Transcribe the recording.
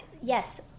yes